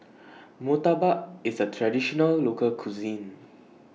Murtabak IS A Traditional Local Cuisine